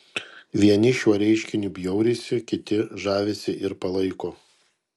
vieni šiuo reiškiniu bjaurisi kiti žavisi ir palaiko